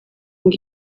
ngo